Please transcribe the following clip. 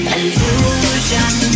Illusion